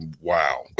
wow